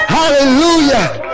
hallelujah